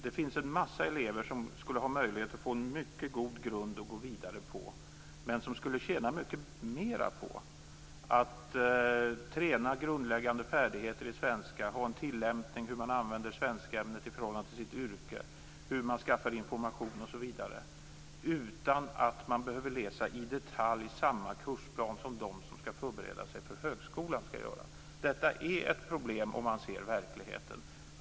Det finns en massa elever som har möjlighet att få en mycket god grund att gå vidare på, men som skulle tjäna mycket mer på att träna grundläggande färdigheter i svenska, få en tillämpning i hur man använder svenskämnet i förhållande till yrket, hur man skaffar information osv., utan att behöva läsa i detalj samma plan som de skall göra som skall förbereda sig för högskolan. Detta är ett problem, om man ser till verkligheten.